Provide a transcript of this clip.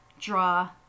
draw